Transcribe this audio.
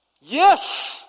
Yes